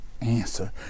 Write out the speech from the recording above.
answer